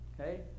Okay